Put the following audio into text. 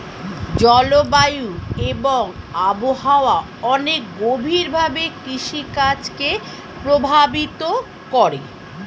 জলবায়ু এবং আবহাওয়া অনেক গভীরভাবে কৃষিকাজ কে প্রভাবিত করে